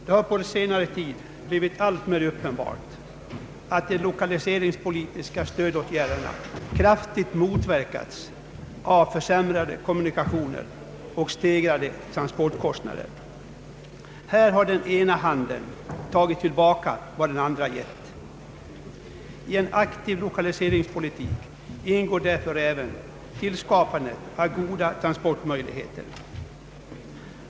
Det har på senare tid blivit alltmer uppenbart att de lokaliseringspolitiska stödåtgärderna kraftigt motverkas av försämrade kommunikationer och stegrade transportkostnader. Här har den ena handen tagit tillbaka vad den andra gett. I en aktiv lokaliseringspolitik ingår därför även tillskapandet av goda transportmöjligheter.